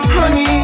Honey